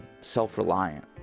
self-reliant